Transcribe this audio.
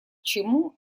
чему